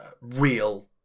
real